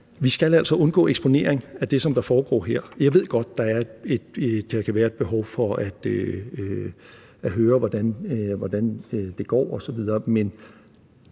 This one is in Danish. skal undgå eksponering af det, som foregår her. Jeg ved godt, at der kan være et behov for at høre, hvordan det går osv., men